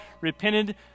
repented